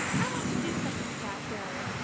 i want to do something for that girl.